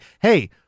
hey